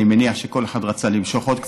אני מניח שכל אחד רצה למשוך עוד קצת,